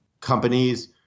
companies